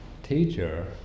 Teacher